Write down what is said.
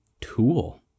Tool